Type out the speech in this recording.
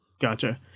Gotcha